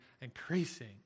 increasing